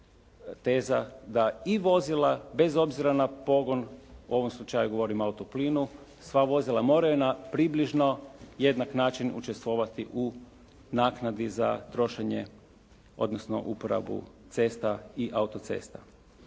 teza da i vozila bez obzira na pogon, u ovom slučaju govorim o autoplinu sva vozila moraju na približno jednak način učestvovati u naknadi za trošenje, odnosno uporabu cesta i autocesta.